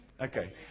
Okay